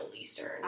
Eastern